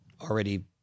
already